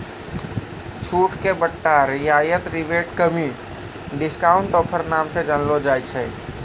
छूट के बट्टा रियायत रिबेट कमी डिस्काउंट ऑफर नाम से जानलो जाय छै